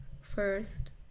first